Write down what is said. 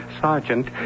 Sergeant